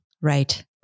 Right